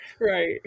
right